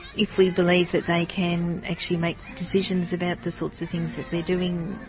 if we believe that they can actually make decisions about the sorts of things that they're doing,